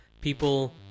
people